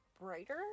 brighter